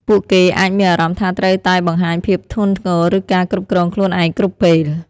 ពួកគេអាចមានអារម្មណ៍ថាត្រូវតែបង្ហាញភាពធ្ងន់ធ្ងរ ឬការគ្រប់គ្រងខ្លួនឯងគ្រប់ពេល។